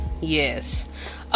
yes